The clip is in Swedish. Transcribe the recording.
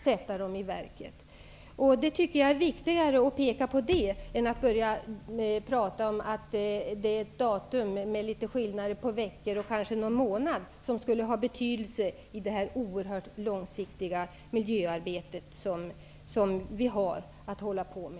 Jag tycker att det är viktigare att påpeka detta än att diskutera datum och huruvida en vecka eller månad kan ha någon betydelse i detta oerhörda långsiktiga miljöarbete.